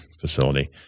facility